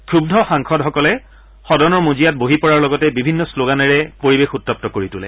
ক্ষুৰূ সাংসদসকলে সদনৰ মজিয়াত বহি পৰাৰ লগতে বিভিন্ন শ্লোগানেৰে পৰিৱেশ উত্তপ্ত কৰি তোলে